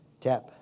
tap